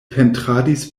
pentradis